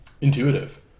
intuitive